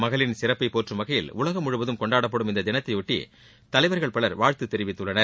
மகளிரின் சிறப்பை போற்றும் வகையில் உலகம் முழுவதும் கொண்டாடப்படும் இந்த தினத்தையொட்டி தலைவர்கள் பலர் வாழ்த்து தெரிவித்துள்ளனர்